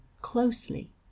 closely